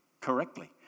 Correctly